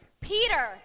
Peter